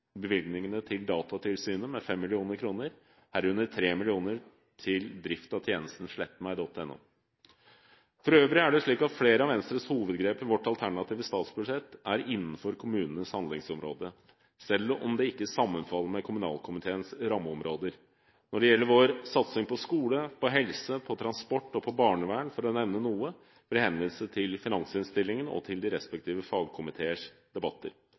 til Datatilsynet med 5 mill. kr, herunder 3 mill. kr til drift av tjenesten slettmeg.no. For øvrig er det slik at flere av Venstres hovedgrep i vårt alternative statsbudsjett er innenfor kommunenes handlingsområde, selv om det ikke sammenfaller med kommunalkomiteens rammeområder. Når det gjelder vår satsing på skole, helse, transport og barnevern, for å nevne noe, vil jeg henvise til finansinnstillingen og til de respektive fagkomiteers debatter.